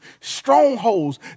strongholds